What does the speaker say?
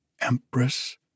Empress